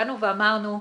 באנו ואמרנו,